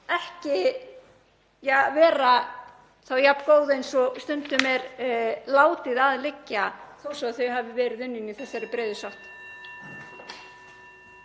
ekki vera jafn góð og stundum er látið að liggja þó svo að þau hafi verið unnin í þessari breiðu sátt.